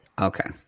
Okay